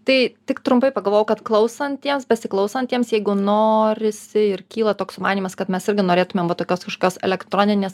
tai tik trumpai pagalvojau kad klausantiems besiklausantiems jeigu norisi ir kyla toks sumanymas kad mes irgi norėtumėm va tokios kažkokios elektroninės